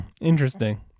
Interesting